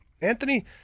Anthony